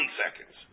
seconds